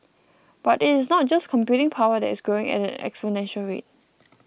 but it is not just computing power these growing at an exponential rate